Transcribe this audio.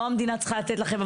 לא המדינה צריכה לתת לכם,